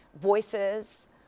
voices